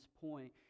point